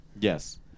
Yes